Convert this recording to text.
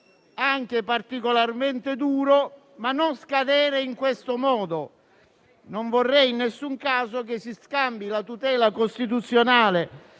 anche particolarmente duro, ma non scadere in questo modo. Non vorrei in nessun caso che si scambi la tutela costituzionale